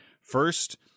first